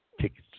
tickets